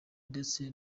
ndetse